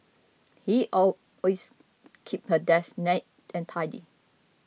he always keeps her desk neat and tidy